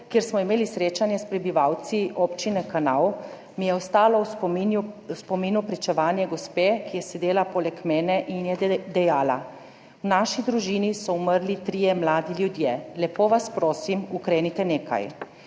kjer smo imeli srečanje s prebivalci Občine Kanal, mi je ostalo v spominu pričevanje gospe, ki je sedela poleg mene in je dejala: »V naši družini so umrli trije mladi ljudje. Lepo vas prosim, ukrenite nekaj.«